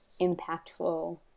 impactful